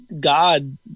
God